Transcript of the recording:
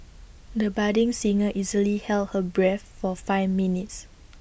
the budding singer easily held her breath for five minutes